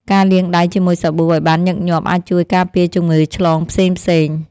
ការលាងដៃជាមួយសាប៊ូឱ្យបានញឹកញាប់អាចជួយការពារជំងឺឆ្លងផ្សេងៗ។